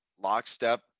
lockstep